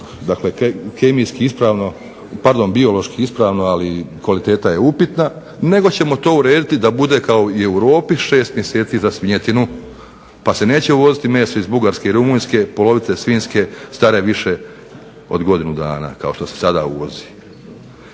kvalitete, biološki ispravno ali kvaliteta je upitna, nego ćemo to urediti kao što je u Europi 6 mjeseci za svinjetinu, pa se neće uvoziti meso iz Bugarske i Rumunjske polovice svinjske stare više od godinu dana kao što se sada uvozi.